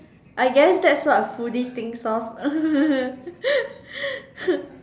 I guess that's what a foodie thinks of